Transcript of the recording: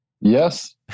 Yes